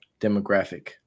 demographic